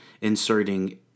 inserting